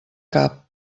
cap